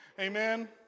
Amen